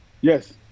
Yes